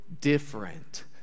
different